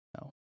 No